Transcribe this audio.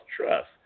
trust